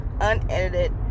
unedited